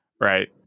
right